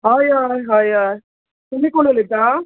हय अय हय अय तुमी कोण उलयता